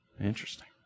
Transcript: interesting